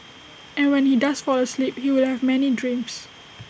and when he does fall asleep he will have many dreams